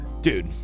dude